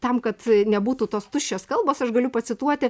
tam kad nebūtų tos tuščios kalbos aš galiu pacituoti